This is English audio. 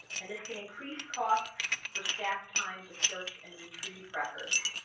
and this can increase costs for staff time to search and retrieve records